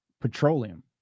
petroleum